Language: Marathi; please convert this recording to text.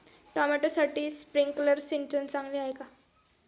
टोमॅटोसाठी स्प्रिंकलर सिंचन चांगले आहे का?